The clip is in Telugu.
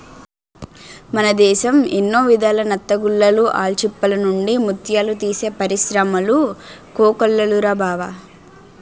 మన దేశం ఎన్నో విధాల నత్తగుల్లలు, ఆల్చిప్పల నుండి ముత్యాలు తీసే పరిశ్రములు కోకొల్లలురా బావా